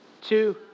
two